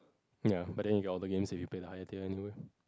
ya but then you get all the games if you pay the higher tier anyway